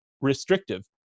restrictive